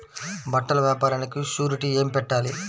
బట్టల వ్యాపారానికి షూరిటీ ఏమి పెట్టాలి?